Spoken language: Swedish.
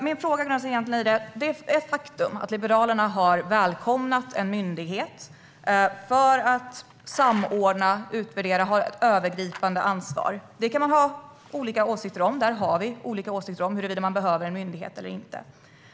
Min fråga grundar sig i det faktum att Liberalerna har välkomnat en myndighet för att samordna, utvärdera och ha ett övergripande ansvar. Det kan man ha olika åsikter om. Vi har olika åsikter om huruvida man behöver en myndighet eller inte.